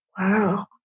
Wow